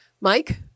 Mike